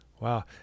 Wow